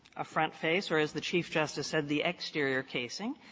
a front face, or as the chief justice said, the exterior casing?